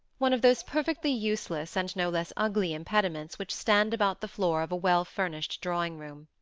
one of those perfectly useless, and no less ugly, impediments which stand about the floor of a well-furnished drawing-room.